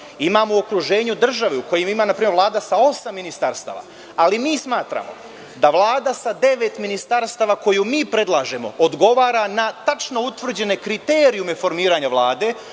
Imamo u okruženju države u kojima ima na primer Vlada sa osam ministarstava. Mi smatramo da Vlada sa devet ministarstava koju mi predlažemo, odgovara na tačno utvrđene kriterijume formiranja Vlade,